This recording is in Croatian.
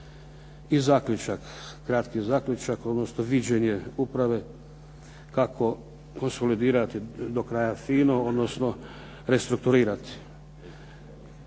I zaključak, kratki zaključak, odnosno viđenje uprave kako konsolidirati do kraja fino, odnosno restrukturirati.